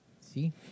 See